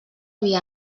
via